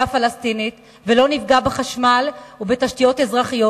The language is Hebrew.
הפלסטינית ולא נפגע בחשמל ובתשתיות אזרחיות,